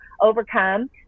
overcome